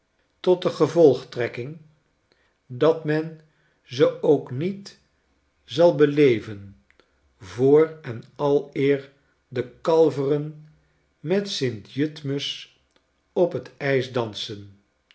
tot de gevolgtrekking dat men ze ook niet zal beleven voor en aleer de kalveren met sint jutmus op t ijs dansen